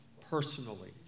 personally